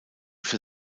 für